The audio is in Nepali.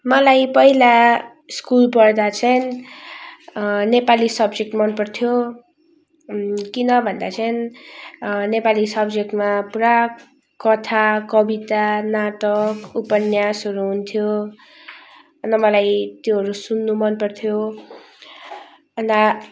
मलाई पहिला स्कुल पढ्दा चाहिँ नेपाली सब्जेक्ट मन पर्थ्यो किन भन्दा चाहिँ नेपाली सब्जेक्टमा पुरा कथा कविता नाटक उपन्यासहरू हुन्थ्यो अन्त मलाई त्योहरू सुन्नु मन पर्थ्यो